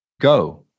go